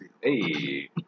Hey